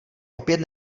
opět